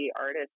artist